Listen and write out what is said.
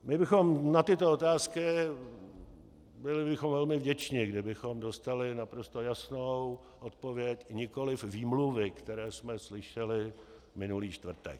My bychom na tyto otázky, byli bychom velmi vděčni, kdybychom dostali naprosto jasnou odpověď, nikoli výmluvy, které jsme slyšeli minulý čtvrtek.